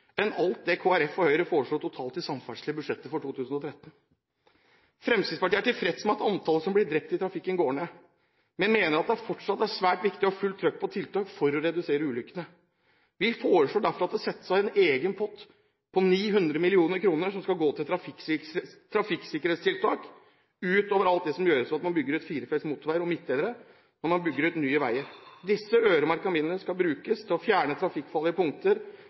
enn alt det Kristelig Folkeparti og Høyre foreslår totalt til samferdsel i budsjettet for 2013. Fremskrittspartiet er tilfreds med at antallet som blir drept i trafikken, går ned, men mener det fortsatt er svært viktig å ha fullt trykk på tiltak for å redusere ulykkene. Vi foreslår derfor at det settes av en egen pott på 900 mill. kr som skal gå til trafikksikkerhetstiltak utover alt det som gjøres ved at man bygger ut firefelts motorveier og midtdelere når man bygger nye veier. Disse øremerkede midlene skal brukes til å fjerne trafikkfarlige punkter,